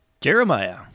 Jeremiah